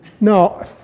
no